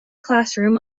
classroom